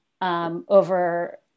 over